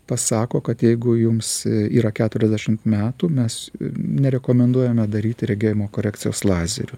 pasako kad jeigu jums yra keturiasdešimt metų mes nerekomenduojame daryti regėjimo korekcijos lazeriu